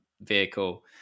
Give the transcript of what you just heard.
vehicle